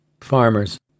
Farmers